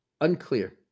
unclear